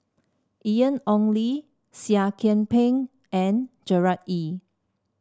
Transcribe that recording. Ian Ong Li Seah Kian Peng and Gerard Ee